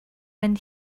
when